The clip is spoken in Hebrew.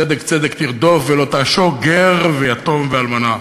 צדק צדק תרדוף, ולא תעשוק גר ויתום ואלמנה.